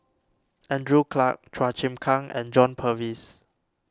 Andrew Clarke Chua Chim Kang and John Purvis